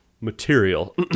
material